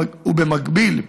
ובמקביל,